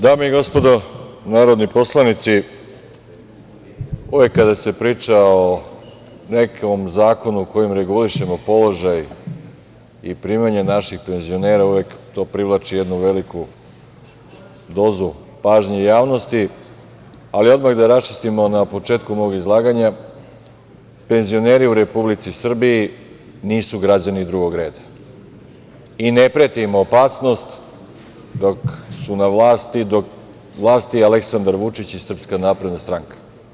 Dame i gospodo narodni poslanici, uvek kada se priča o nekom zakonu kojim regulišemo položaj i primanja naših penzionera, uvek to privlači jednu veliku dozu pažnje javnosti, ali odmah da raščistimo na početku mog izlaganja, penzioneri u Republici Srbiji nisu građani drugog reda i ne preti im opasnost dok su na vlasti Aleksandar Vučić i SNS.